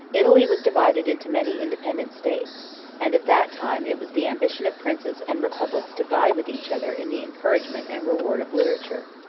italy was divided into many independent states and at that time it was the ambition of princes and republics to vie with each other in the encouragement and reward of literature.